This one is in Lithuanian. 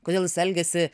kodėl jis elgiasi